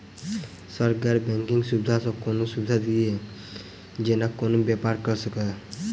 Sir गैर banking सुविधा सँ कोनों सुविधा दिए जेना कोनो व्यापार करऽ सकु?